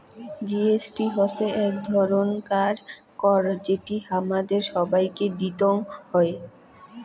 GST হসে এক ধরণকার কর যেটি হামাদের সবাইকে দিতং হই